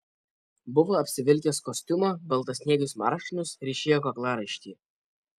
buvo apsivilkęs kostiumą baltasniegius marškinius ryšėjo kaklaraištį